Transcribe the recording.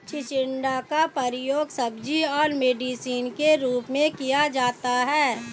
चिचिण्डा का उपयोग सब्जी और मेडिसिन के रूप में किया जाता है